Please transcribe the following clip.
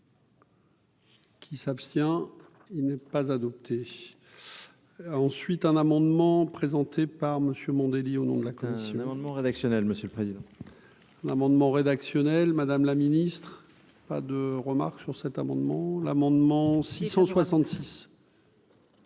Qui s'abstient, il n'est pas adopté. Ah, ensuite un amendement présenté par monsieur Mandelli au nom de la commission, un amendement rédactionnel, monsieur le président. Amendement rédactionnel madame la Ministre, pas de remarques sur cet amendement, l'amendement 666.